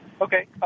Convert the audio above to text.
Okay